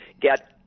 get